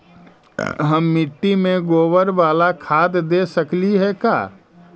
हम मिट्टी में गोबर बाला खाद दे सकली हे का?